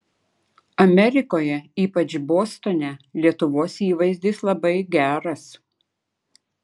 amerikoje ypač bostone lietuvos įvaizdis labai geras